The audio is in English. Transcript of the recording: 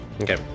Okay